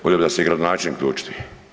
Volio bi da se i gradonačelnik